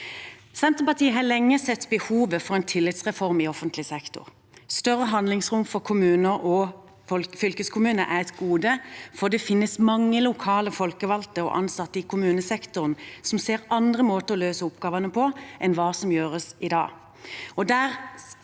Senterpartiet har lenge sett behovet for en tillitsreform i offentlig sektor. Større handlingsrom for kommuner og fylkeskommuner er et gode, for det finnes mange lokale folkevalgte og ansatte i kommunesektoren som ser andre måter å løse oppgavene på enn hva som gjøres i dag.